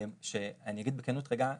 אני אגיד רגע בכנות: